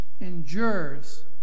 endures